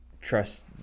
trust